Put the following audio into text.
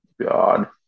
God